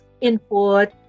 input